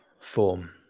form